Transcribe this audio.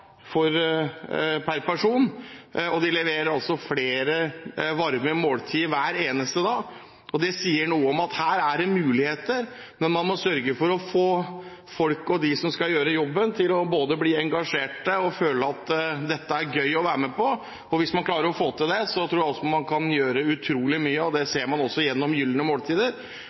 kr per dag per person, og de leverer flere varme måltider hver eneste dag. Det sier noe om at her er det muligheter, men man må sørge for å få folk, de som skal gjøre jobben, til å bli både engasjerte og føle at dette er gøy å være med på. Hvis man klarer å få til det, tror jeg også man kan gjøre utrolig mye. Det ser man også gjennom Gylne